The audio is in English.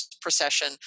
procession